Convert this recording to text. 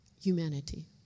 humanity